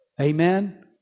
Amen